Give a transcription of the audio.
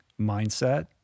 mindset